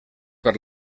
per